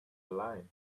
alive